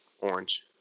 orange